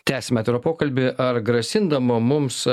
tęsiame pokalbį ar grasindama mums